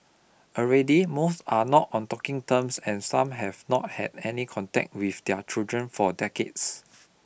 already most are not on talking terms and some have not had any contact with their children for decades